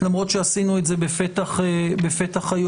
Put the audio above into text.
למרות שעשינו את זה בפתח היום,